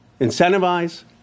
incentivize